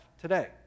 today